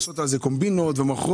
עושות על זה קומבינות ומוכרות.